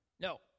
No